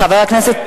חבר הכנסת,